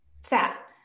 sat